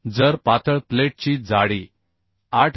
जर पातळ प्लेटची जाडी 8 मि